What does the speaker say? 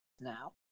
now